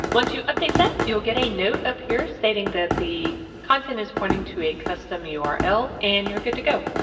once you update that you'll get a note up here stating that the content is pointing to a custom ah url and you're good to go.